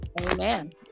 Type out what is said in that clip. Amen